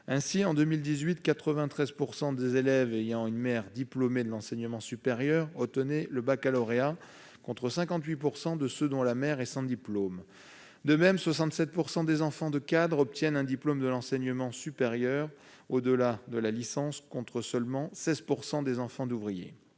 Ainsi, en 2018, 93 % des élèves ayant une mère diplômée de l'enseignement supérieur obtiennent le baccalauréat, contre 58 % de ceux dont la mère est sans diplôme. De même, 67 % des enfants de cadres obtiennent un diplôme de l'enseignement supérieur au-delà de la licence, contre seulement 16 % des enfants d'ouvriers.